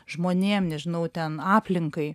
žmonėm nežinau ten aplinkai